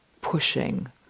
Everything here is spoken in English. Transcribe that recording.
pushing